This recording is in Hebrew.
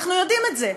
אנחנו יודעים את זה.